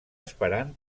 esperant